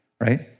right